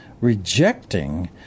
rejecting